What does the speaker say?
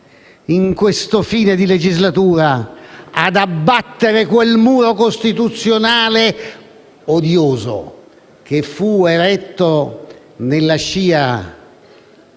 in questo fine legislatura ad abbattere quel muro costituzionale odioso che fu eretto nella scia